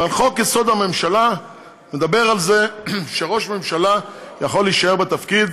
חוק-יסוד: הממשלה מדבר על זה שראש ממשלה יכול להישאר בתפקיד